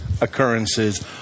occurrences